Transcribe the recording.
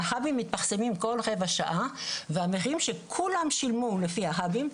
החא"בים מתפרסמים כל רבע שעה והמחירים שכולם שילמו לפי החא"בים,